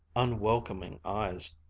unwelcoming eyes.